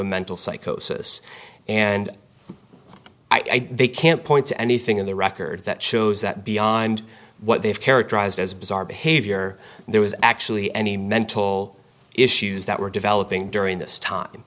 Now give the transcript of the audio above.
a mental psychosis and i do they can't point to anything in the record that shows that beyond what they have characterized as bizarre behavior there was actually any mental issues that were developing during this